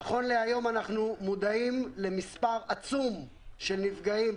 נכון להיום, אנחנו מודעים למספר עצום של נפגעים.